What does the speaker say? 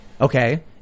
okay